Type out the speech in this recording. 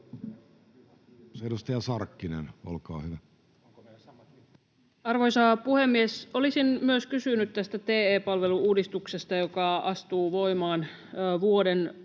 Arvoisa puhemies! Olisin myös kysynyt tästä TE-palvelu-uudistuksesta, joka astuu voimaan vuodenvaihteessa.